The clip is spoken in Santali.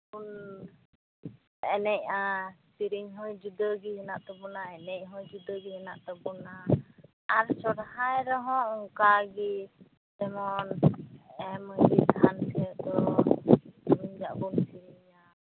ᱵᱚᱱ ᱮᱱᱮᱡᱼᱟ ᱥᱤᱨᱤᱧ ᱦᱚᱸ ᱡᱩᱫᱟᱹ ᱜᱮ ᱦᱮᱱᱟᱜ ᱛᱟᱵᱚᱱᱟ ᱮᱱᱮᱡ ᱦᱚᱸ ᱡᱩᱫᱟᱹ ᱜᱮ ᱦᱮᱱᱟᱜ ᱛᱟᱵᱚᱱᱟ ᱟᱨ ᱥᱚᱨᱦᱟᱭ ᱨᱮᱦᱚᱸ ᱚᱱᱠᱟ ᱜᱮ ᱡᱮᱢᱚᱱ ᱢᱟᱹᱡᱷᱤ ᱛᱷᱟᱱ ᱥᱮᱫ ᱫᱚ ᱫᱩᱨᱩᱢᱡᱟᱜ ᱵᱚᱱ ᱥᱤᱨᱤᱧᱟ